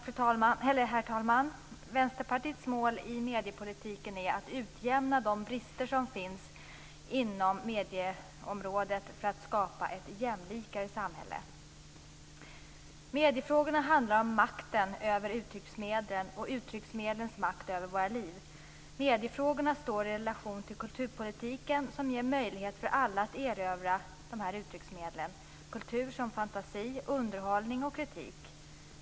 Herr talman! Vänsterpartiets mål i mediepolitiken är att utjämna de brister som finns inom medieområdet för att skapa ett jämlikare samhälle. Mediefrågorna handlar om makten över uttrycksmedlen och uttrycksmedlens makt över våra liv. Mediefrågorna står i relation till kulturpolitiken, som ger möjlighet för alla att erövra dessa uttrycksmedel - kultur som fantasi, underhållning och kritik.